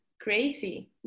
crazy